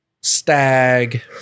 Stag